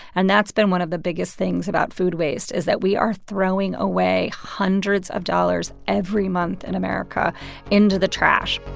and that's been one of the biggest things about food waste, is that we are throwing away hundreds of dollars every month in america into the trash